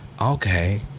okay